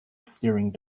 steering